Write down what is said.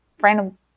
random